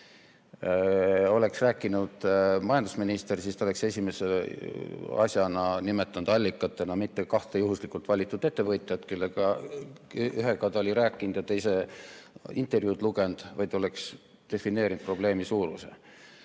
Oleks rääkinud majandusminister, siis ta ei oleks esimese asjana nimetanud allikatena mitte kahte juhuslikult valitud ettevõtjat, kellest ühega ta oli rääkinud ja teise intervjuud lugenud, vaid oleks defineerinud probleemi suuruse. Kahjuks